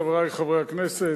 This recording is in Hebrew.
חברי חברי הכנסת,